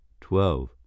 Twelve